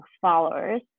followers